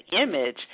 image